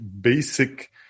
basic